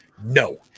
no